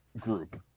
group